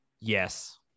yes